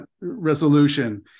resolution